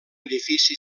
edifici